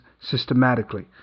systematically